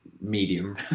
Medium